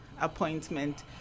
appointment